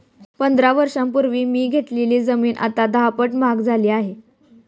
पंधरा वर्षांपूर्वी मी घेतलेली जमीन आता दहापट महाग झाली आहे